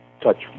touch